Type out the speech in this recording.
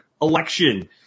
Election